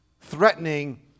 threatening